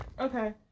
Okay